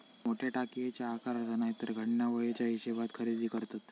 मोठ्या टाकयेच्या आकाराचा नायतर घडणावळीच्या हिशेबात खरेदी करतत